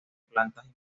plantas